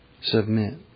Submit